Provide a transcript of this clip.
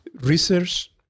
research